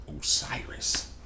Osiris